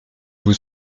vous